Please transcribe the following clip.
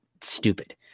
stupid